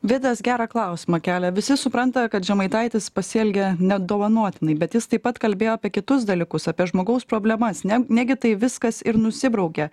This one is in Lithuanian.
vidas gerą klausimą kelia visi supranta kad žemaitaitis pasielgė nedovanotinai bet jis taip pat kalbėjo apie kitus dalykus apie žmogaus problemas ne negi tai viskas ir nusibraukia